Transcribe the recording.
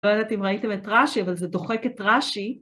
לא יודעת אם ראיתם את רש"י אבל זה דוחק את רש"י